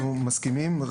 אנחנו מסכימים.